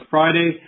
Friday